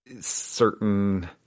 certain